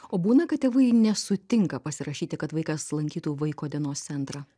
o būna kad tėvai nesutinka pasirašyti kad vaikas lankytų vaiko dienos centrą